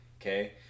okay